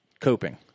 coping